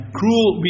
cruel